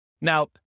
Now